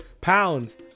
pounds